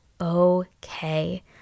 okay